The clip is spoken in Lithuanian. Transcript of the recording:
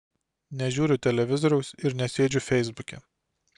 nežiūriu televizoriaus ir nesėdžiu feisbuke